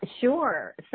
Sure